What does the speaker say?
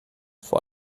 vor